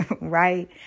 right